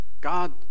God